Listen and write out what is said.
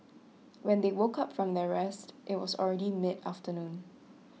when they woke up from their rest it was already mid afternoon